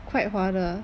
quite 划的